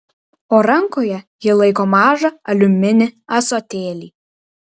o rankoje ji laiko mažą aliuminį ąsotėlį